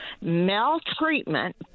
maltreatment